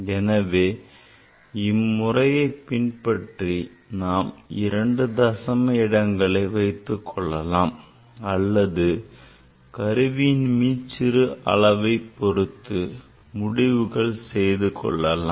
எனவே இம்முறையை பின்பற்றி நான் இரண்டு தசம இடங்களை வைத்துக் கொள்ளலாம் அல்லது கருவியின் மீச்சிறு அளவைப் பொறுத்து முடிவு செய்து கொள்ளலாம்